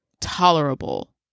tolerable